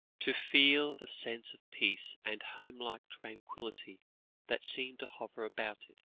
to feel the sense of peace and home-like tranquillity that seemed to hover about it